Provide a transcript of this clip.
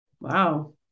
Wow